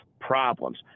problems